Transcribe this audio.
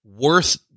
worth